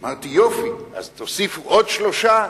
אמרתי: יופי, אז תוסיף עוד שלושה.